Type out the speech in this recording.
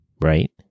right